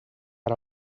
ara